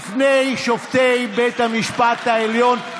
לפי איזה סעיף בתקנון אתה נותן לנו כאן נאום?